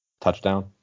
Touchdown